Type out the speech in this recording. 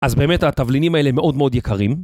אז באמת התבלינים האלה מאוד מאוד יקרים